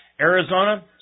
Arizona